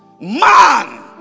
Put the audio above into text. man